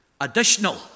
additional